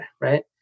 right